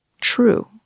true